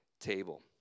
table